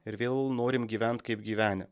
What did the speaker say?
ir vėl norim gyvent kaip gyvenę